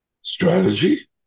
strategy